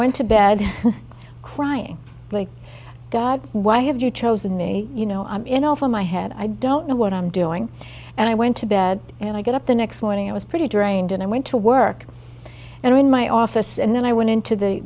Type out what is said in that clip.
went to bed crying like god why have you chosen me you know i'm in over my head i don't know what i'm doing and i went to bed and i got up the next morning it was pretty drained and i went to work and i in my office and then i went